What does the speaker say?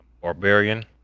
barbarian